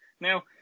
Now